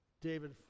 David